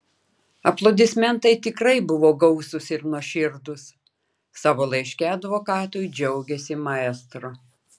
aplodismentai tikrai buvo gausūs ir nuoširdūs savo laiške advokatui džiaugėsi maestro